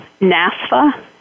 NASFA